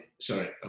Sorry